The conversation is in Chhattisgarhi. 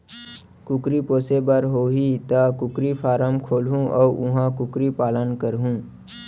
कुकरी पोसे बर होही त कुकरी फारम खोलहूं अउ उहॉं कुकरी पालन करहूँ